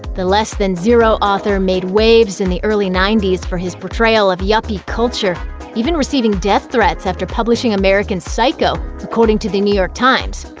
the less than zero author made waves in the early ninety s for his portrayal of yuppie culture even receiving death threats after publishing american psycho, according to the new york times.